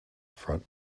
front